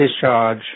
discharge